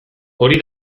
hori